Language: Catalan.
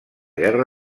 guerra